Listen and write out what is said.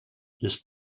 ist